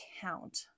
count